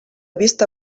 vista